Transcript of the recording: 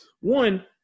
One